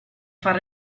far